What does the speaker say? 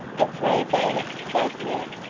a three-bagger, joked ned,